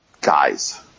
guys